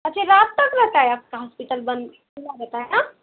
अच्छा रात तक रहता है आपका हॉस्पिटल बंद खुला रहता है न